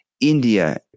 India